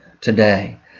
today